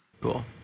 Cool